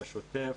בשוטף,